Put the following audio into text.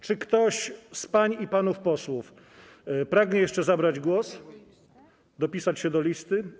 Czy ktoś z pań i panów posłów pragnie jeszcze zabrać głos, dopisać się do listy?